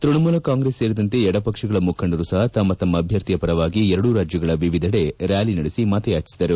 ತ್ಯಣಮೂಲ ಕಾಂಗ್ರೆಸ್ ಸೇರಿದಂತೆ ಎಡಪಕ್ಷಗಳ ಮುಖಂಡರು ಸಹ ತಮ್ಮ ತಮ್ಮ ಅಭ್ಯರ್ಥಿಯ ಪರವಾಗಿ ಎರಡೂ ರಾಜ್ಯಗಳ ವಿವಿಧೆಡೆ ರ್ಬಾಲಿ ನಡೆಸಿ ಮತಯಾಚಿಸಿದರು